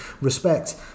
respect